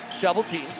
double-team